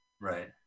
Right